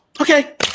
okay